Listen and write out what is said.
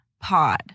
pod